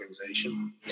organization